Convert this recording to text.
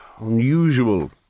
unusual